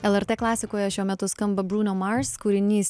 lrt klasikoje šiuo metu skamba bruno mars kūrinys